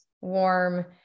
warm